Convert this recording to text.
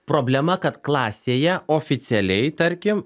problema kad klasėje oficialiai tarkim